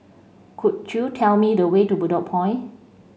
could you tell me the way to Bedok Point